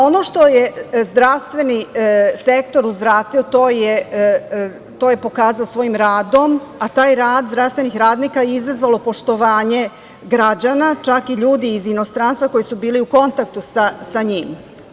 Ono što je zdravstveni sektor uzvratio to je pokazao svojim radom, a taj rad zdravstvenih radnika je izazvao poštovanje građana, čak i ljudi iz inostranstva koji su bili u kontaktu sa njim.